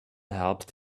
helped